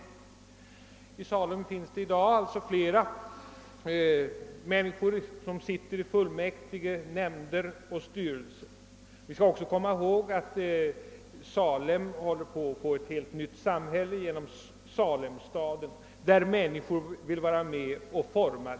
Av Salems invånare sitter i dag ett relativt stort antal i fullmäktige, nämnder och styrelser. Vi skall också komma ihåg att Salem genom tillkomsten av Salemstaden håller på att få ett helt nytt samhälle som människorna vill vara med och forma.